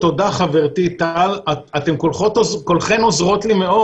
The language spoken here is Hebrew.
'תנו לחיות לחיות',